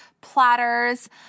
platters